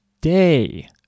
day